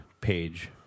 page